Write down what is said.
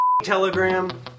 telegram